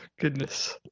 Goodness